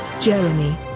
Jeremy